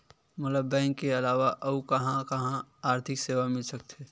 मोला बैंक के अलावा आऊ कहां कहा आर्थिक सेवा मिल सकथे?